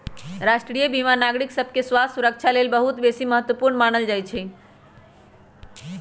राष्ट्रीय बीमा नागरिक सभके स्वास्थ्य सुरक्षा लेल बहुत बेशी महत्वपूर्ण मानल जाइ छइ